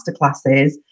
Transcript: masterclasses